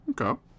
Okay